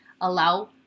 allow